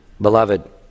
Beloved